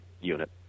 unit